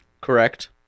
correct